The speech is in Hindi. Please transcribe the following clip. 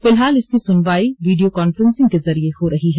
फिलहाल इसकी सुनवाई वीडियो कांफ्रेसिंग के जरिए हो रही है